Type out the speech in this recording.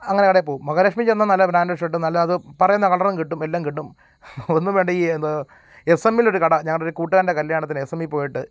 അങ്ങനെ കടയിൽപ്പോവും മഹാലക്ഷ്മിയിൽച്ചെന്നാൽ നല്ല ബ്രാൻ്റഡ് ഷർട്ടും നല്ല അത് പറയുന്ന കളറും കിട്ടും എല്ലാം കിട്ടും ഒന്നും വേണ്ട ഈ എന്താ എസ്സെമ്മിലൊരു കട ഞങ്ങളുടെ ഒരു കൂട്ടുകാരന്റെ കല്ല്യാണത്തിന് എസ്സെമ്മിൽപ്പോയിട്ട്